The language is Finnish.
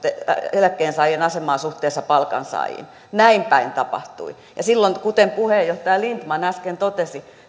eläkkeensaajien asemaa suhteessa palkansaajiin näinpäin tapahtui ja silloin kuten puheenjohtaja lindtman äsken totesi